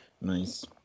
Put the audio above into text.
Nice